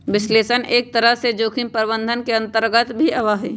विश्लेषण एक तरह से जोखिम प्रबंधन के अन्तर्गत भी आवा हई